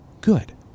good